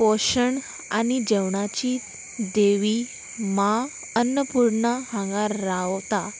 पोशण आनी जेवणाची देवी मां अन्नपूर्णा हांगा रावता